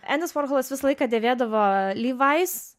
endis vorholas visą laiką dėvėdavo levis